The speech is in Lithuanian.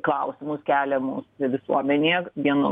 klausimus keliamus visuomenėje vienu